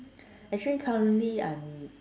actually currently I'm